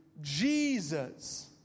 Jesus